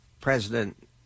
President